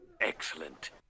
excellent